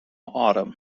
autumn